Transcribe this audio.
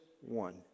one